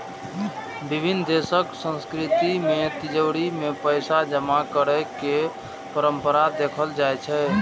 विभिन्न देशक संस्कृति मे तिजौरी मे पैसा जमा करै के परंपरा देखल जाइ छै